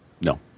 No